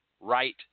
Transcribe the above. right